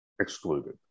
excluded